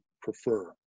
prefer